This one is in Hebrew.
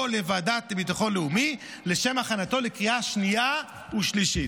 לוועדה לביטחון לאומי לשם הכנתו לקריאה שנייה ושלישית.